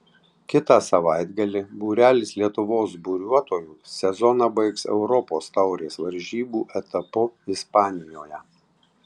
kitą savaitgalį būrelis lietuvos buriuotojų sezoną baigs europos taurės varžybų etapu ispanijoje